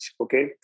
okay